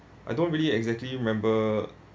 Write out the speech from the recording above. I don't really exactly remember